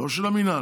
לא של המינהל.